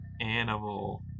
animal